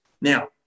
Now